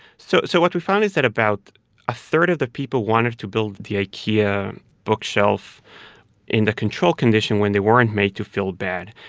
so so what we found is that about a third of the people wanted to build the ikea bookshelf in the control condition when they weren't made to feel bad.